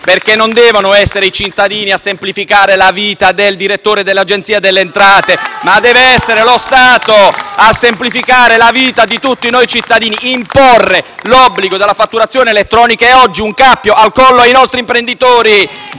perché non devono essere questi ultimi a semplificare la vita del direttore dell'Agenzia delle entrate *(Applausi dal Gruppo FI-BP)*, ma dev'essere lo Stato a semplificare la vita di tutti noi cittadini. Imporre l'obbligo della fatturazione elettronica è oggi un cappio al collo ai nostri imprenditori